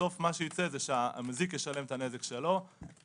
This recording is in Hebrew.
בסוף המזיק ישלם את הנזק שלו,